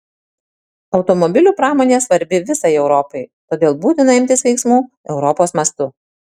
automobilių pramonė svarbi visai europai todėl būtina imtis veiksmų europos mastu